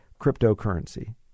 cryptocurrency